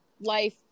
life